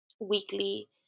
weekly